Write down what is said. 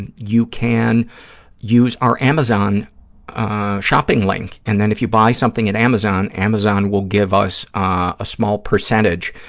and you can use our amazon shopping link, and then if you buy something at amazon, amazon will give us ah ah small percentage